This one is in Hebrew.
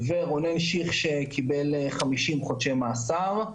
ורונן שיך שקיבל 50 חודשי מאסר.